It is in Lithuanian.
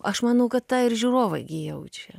aš manau kad tą ir žiūrovai gi jaučia